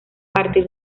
partir